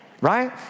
right